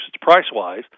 price-wise